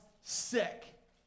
sick